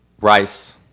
Rice